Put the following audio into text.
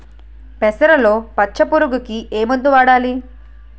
పెసరలో పచ్చ పురుగుకి ఏ మందు వాడాలి?